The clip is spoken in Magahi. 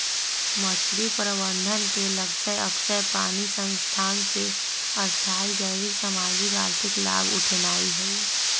मछरी प्रबंधन के लक्ष्य अक्षय पानी संसाधन से स्थाई जैविक, सामाजिक, आर्थिक लाभ उठेनाइ हइ